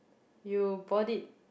you bought it